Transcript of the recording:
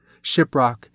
Shiprock